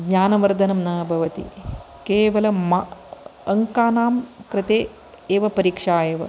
ज्ञानवर्धनं ना भवति केवलं मा अङ्कानां कृते एव परीक्षा एव